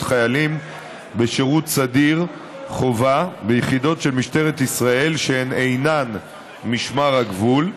חיילים בשירות סדיר חובה ביחידות של משטרת ישראל שהן אינן משמר הגבול,